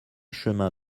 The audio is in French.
chemin